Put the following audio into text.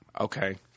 Okay